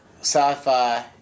sci-fi